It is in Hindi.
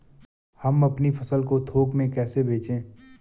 हम अपनी फसल को थोक में कैसे बेचें?